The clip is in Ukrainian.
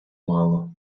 мало